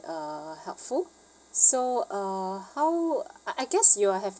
uh helpful so uh how I guess you have